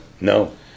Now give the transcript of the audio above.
No